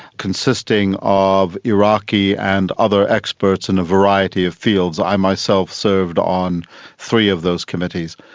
consisting of iraqi and other experts in a variety of fields. i myself served on three of those committees,